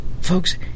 folks